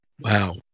Wow